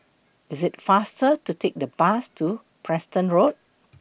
IT IS faster to Take The Bus to Preston Road